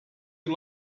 you